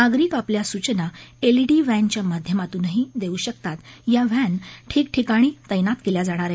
नागरिक आपल्या सूचना एलईडी व्हॅनच्या माध्यमातूनही देऊ शकतात या व्हॅन ठिकठिकाणी तत्तित केल्या जाणार आहेत